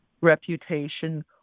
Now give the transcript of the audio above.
reputation